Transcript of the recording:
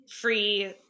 free